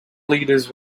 leaders